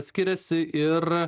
skiriasi ir